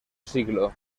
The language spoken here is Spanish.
siglo